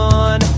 on